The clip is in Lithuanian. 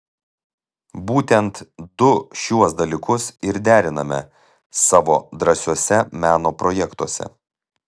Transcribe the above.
būtent du šiuos dalykus ir deriname savo drąsiuose meno projektuose